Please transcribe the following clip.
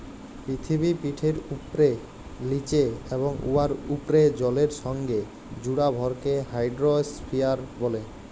পিথিবীপিঠের উপ্রে, লিচে এবং উয়ার উপ্রে জলের সংগে জুড়া ভরকে হাইড্রইস্ফিয়ার ব্যলে